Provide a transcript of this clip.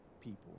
people